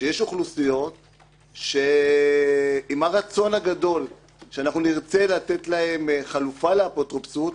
שיש אוכלוסיות שעם הרצון הגדול שנרצה לתת להן חלופה לאפוטרופסות,